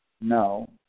No